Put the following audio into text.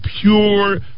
pure